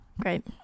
great